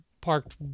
parked